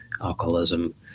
alcoholism